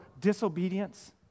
disobedience